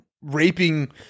raping